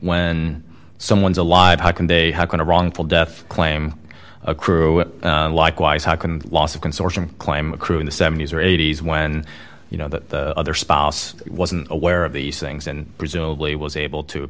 when someone's alive how can they how can a wrongful death claim accrue likewise how can loss of consortium claim accrue in the s or eighties when you know that the other spouse wasn't aware of these things and presumably was able to